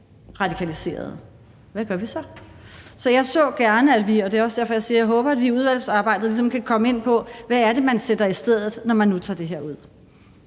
tilbage, for hvad gør vi så? Vi ser gerne, og det er også derfor, at jeg siger det, at vi i udvalgsarbejdet kan komme ind på, hvad man sætter i stedet, når man nu tager det her ud.